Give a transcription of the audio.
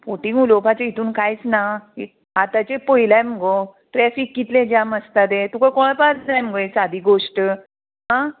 फोटींग उलोवपाचें हितून कांयच ना आतांचेर पयलाय मुगो ट्रेफीक कितले जेम आसता ते तुका कळपाक जाय मुगो सादी गोश्ट आं